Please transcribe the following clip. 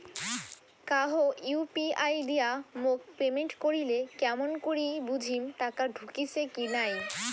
কাহো ইউ.পি.আই দিয়া মোক পেমেন্ট করিলে কেমন করি বুঝিম টাকা ঢুকিসে কি নাই?